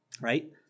right